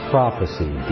Prophecy